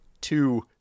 two